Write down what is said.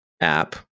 app